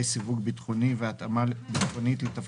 סיווג ביטחוני והתאמה ביטחונית לתפקיד,